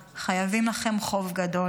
חייבים לכם חוב גדול.